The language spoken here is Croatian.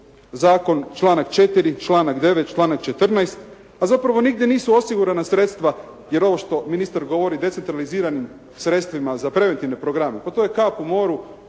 zakon članak 4., članak 9., članak 14., a zapravo nigdje nisu osigurana sredstva jer ovo što ministar govori decentraliziranim sredstvima za preventivne programe pa to je kap u moru